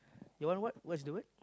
your one what what's the word